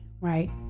right